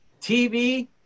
TV